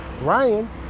Ryan